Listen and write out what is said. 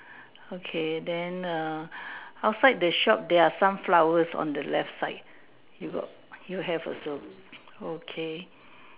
okay then err outside the shops there are some flowers on the left side you got you have also okay